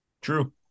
True